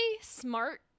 smart